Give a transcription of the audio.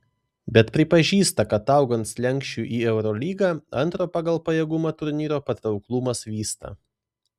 bet pripažįsta kad augant slenksčiui į eurolygą antro pagal pajėgumą turnyro patrauklumas vysta